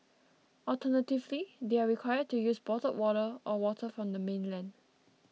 alternatively they are required to use bottled water or water from the mainland